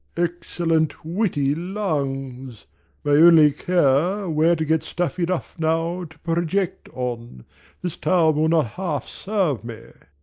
excellent witty lungs my only care where to get stuff enough now, to project on this town will not half serve me.